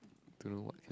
don't know what